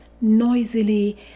noisily